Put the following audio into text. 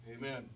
Amen